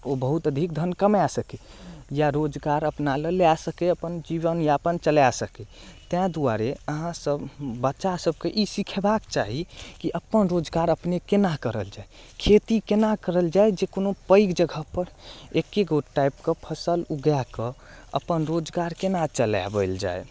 ओ बहुत अधिक धन कमाए सकैया रोजगार अपना लेल लए सकै अपन जीवन यापन चलाए सकै तेँ दुआरे अहाँ सब बच्चा सबके ई सिखेबाक चाही की अपन रोजगार अपने केना करल जाए खेती केना करल जाए जे कोनो पैग जगह पर एक्केगो टाइप के फसल ऊगए कऽ अपन रोजगार केना चलाओल जाय